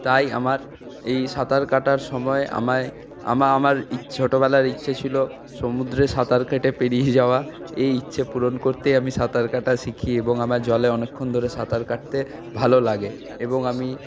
তাই আমার এই সাঁতার কাটার সময় আমায় আমার ছোটবেলার ইচ্ছা ছিল সমুদ্রে সাঁতার কেটে পেড়িয়ে যাওয়া এই ইচ্ছে পূরণ করতেই আমি সাঁতার কাটা শিখি এবং আমার জলে অনেকক্ষণ ধরে সাঁতার কাটতে ভালো লাগে এবং আমি